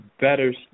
better